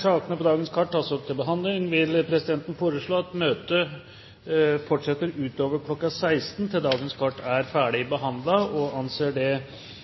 sakene på dagens kart tas opp til behandling, vil presidenten informere om at møtet fortsetter utover kl. 16, til dagens kart er ferdigbehandlet. Denne gang holdes redegjørelsen om viktige EU- og